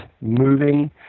moving